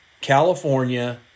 California